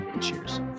cheers